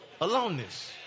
Aloneness